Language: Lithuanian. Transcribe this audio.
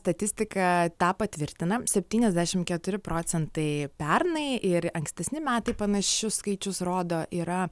statistika tą patvirtina septyniasdešimt keturi procentai pernai ir ankstesni metai panašius skaičius rodo yra